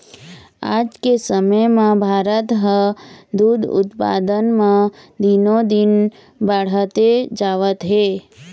आज के समे म भारत ह दूद उत्पादन म दिनो दिन बाड़हते जावत हे